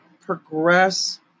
progress